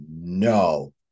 no